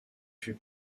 fut